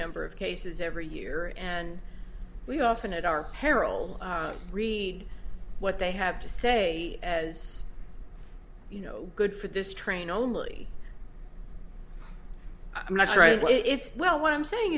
number of cases every year and we often at our peril read what they have to say as you know good for this train only i'm not sure why it's well what i'm saying